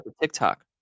TikTok